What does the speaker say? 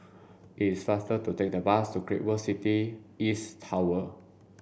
it's suffer to take the bus to Great World City East Tower